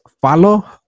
follow